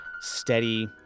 steady